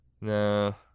No